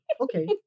Okay